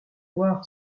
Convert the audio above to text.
voir